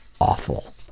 awful